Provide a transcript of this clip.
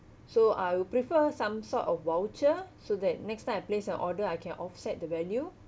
so I will prefer some sort of voucher so that next time I placed an order I can offset the value